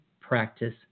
practice